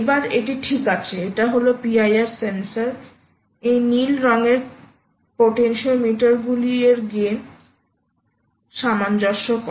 এইবার এটি ঠিক আছে এটা হল PIR সেন্সর এই নীল রঙের পেন্টিওমিটারগুলি পটেনশিওমিটার এর গেন সামঞ্জস্য করে